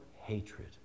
hatred